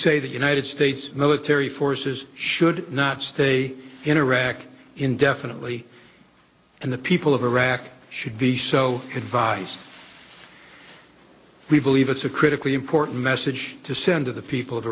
say the united states military forces should not stay in iraq indefinitely and the people of iraq should be so advised we believe it's a critically important message to send to the people of